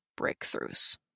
breakthroughs